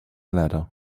ladder